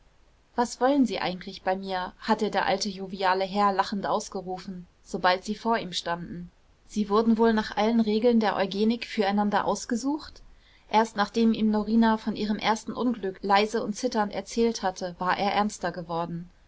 was wollen sie eigentlich bei mir hatte der alte joviale herr lachend ausgerufen sobald sie vor ihm standen sie wurden wohl nach allen regeln der eugenik füreinander ausgesucht erst nachdem ihm norina von ihrem ersten unglück leise und zitternd erzählt hatte war er ernster geworden